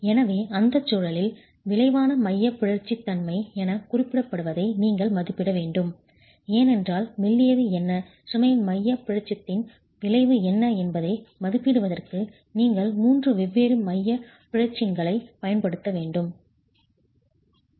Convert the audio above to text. எனவே அந்தச் சூழ்நிலையில் விளைவான மையப் பிறழ்ச்சி தன்மை என குறிப்பிடப்படுவதை நீங்கள் மதிப்பிட வேண்டும் ஏனென்றால் மெல்லியது என்ன சுமையின் மையப் பிறழ்ச்சியின் விளைவு என்ன என்பதை மதிப்பிடுவதற்கு நீங்கள் மூன்று வெவ்வேறு மையப் பிறழ்ச்சிகளைப் பயன்படுத்த முடியாது